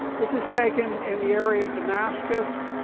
this is taken in the area of damascus,